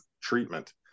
treatment